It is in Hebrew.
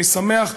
אני שמח,